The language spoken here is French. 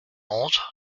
onze